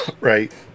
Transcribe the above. Right